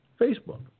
Facebook